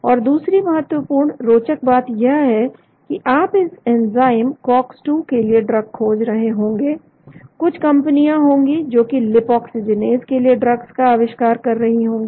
और दूसरी महत्वपूर्ण रोचक बात यह है कि आप इस एंजाइम cox 2 के लिए ड्रग खोज रहे होंगे कुछ कंपनी होंगी जोकि लीपाक्सीजीनेस के लिए ड्रग्स का आविष्कार कर रही होंगी